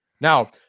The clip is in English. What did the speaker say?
now